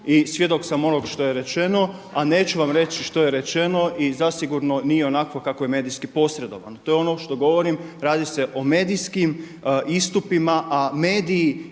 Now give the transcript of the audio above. i svjedok sam onog što je rečeno, a neću vam reći što je rečeno i zasigurno nije onako kako je medijski posredovano. To je ono što govorim. Radi se o medijskim istupima, a mediji